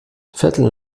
viertel